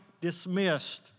dismissed